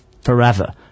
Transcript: forever